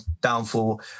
downfall